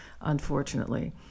unfortunately